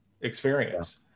experience